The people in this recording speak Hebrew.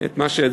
את מה שהצבענו.